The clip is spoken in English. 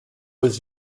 was